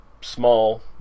small